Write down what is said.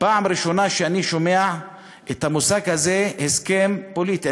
פעם ראשונה שאני שומע את המושג הזה, הסכם פוליטי.